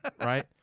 Right